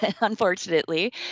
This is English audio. unfortunately